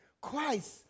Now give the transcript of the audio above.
Christ